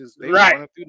Right